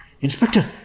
Inspector